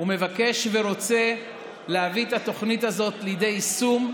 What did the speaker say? ומבקש ורוצה להביא את התוכנית הזאת לידי יישום.